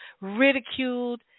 ridiculed